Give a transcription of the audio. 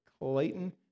Clayton